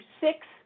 six